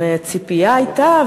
הרי הציפייה הייתה,